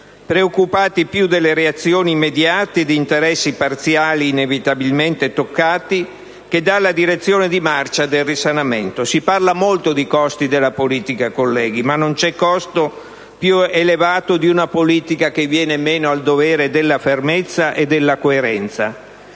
preoccupati più delle reazioni immediate di interessi parziali inevitabilmente toccati che della direzione di marcia del risanamento. Si parla molto di costi della politica, colleghi, ma non c'è costo più elevato di una politica che viene meno al dovere della fermezza e della coerenza.